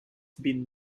been